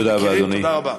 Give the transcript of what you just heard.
תודה רבה.